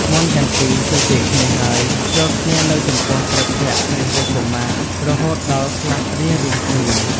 មាន់ទាំងពីរ ជជែកគ្នាហើយ ជល់គ្នានៅចំពោះព្រះភក្ត្រព្រះរាជកុមាររហូតដល់ស្លាប់រៀងៗខ្លួន ។